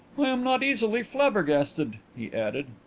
i am not easily flabbergasted, he added.